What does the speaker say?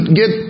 get